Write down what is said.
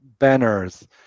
banners